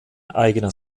eigener